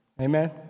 Amen